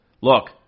look